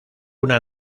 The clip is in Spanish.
una